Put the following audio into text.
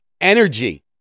Energy